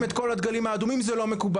את כל הדגלים האדומים זה לא מקובל,